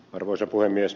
arvoisa puhemies